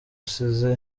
usize